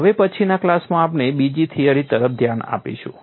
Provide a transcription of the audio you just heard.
હવે પછીના ક્લાસમાં આપણે બીજી થિયરી તરફ ધ્યાન આપીશું